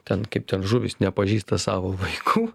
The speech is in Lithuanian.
ten kaip ten žuvys nepažįsta savo vaikų